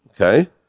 Okay